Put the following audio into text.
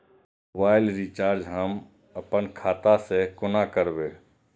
Mobile recharge हम आपन खाता से कोना करबै?